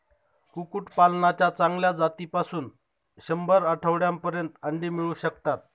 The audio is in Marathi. कुक्कुटपालनाच्या चांगल्या जातीपासून शंभर आठवड्यांपर्यंत अंडी मिळू शकतात